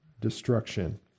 destruction